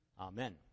Amen